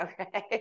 okay